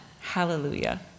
hallelujah